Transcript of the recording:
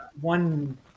one